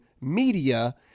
media